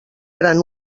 gran